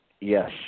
Yes